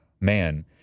man